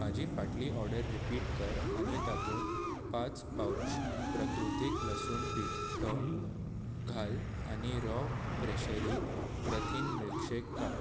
म्हजी फाटली order repeat कर आनी तातूंत पांच पाउच प्रकृतीक लसूण पिठो घाल आनी रॉ प्रेशरी प्रथीन मिल्कशेक काड